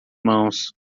mãos